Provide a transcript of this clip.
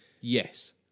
yes